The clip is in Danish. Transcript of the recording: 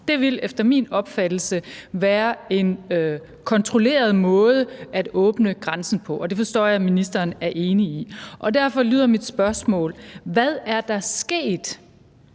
Det vil efter min opfattelse være en kontrolleret måde at åbne grænsen på, og det forstår jeg at ministeren er enig i. Derfor lyder mit spørgsmål: Hvad er der sket?